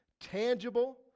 tangible